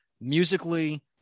musically